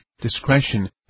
discretion